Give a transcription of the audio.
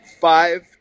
five